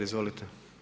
Izvolite.